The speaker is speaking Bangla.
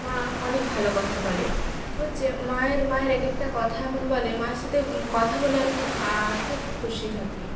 মা অনেক ভালো কথা বলে হচ্ছে মায়ের মায়ের এক একটা কথা এমন বলে মায়ের সাথে কথা বলে আমি খুব খুব খুশি থাকি